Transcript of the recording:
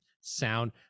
sound